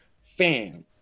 Fam